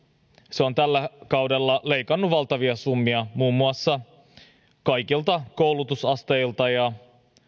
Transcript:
se on tällä kaudella leikannut valtavia summia muun muassa kaikilta koulutusasteilta ja